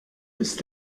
ist